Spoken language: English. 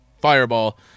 Fireball